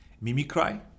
mimicry